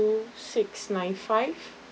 six nine five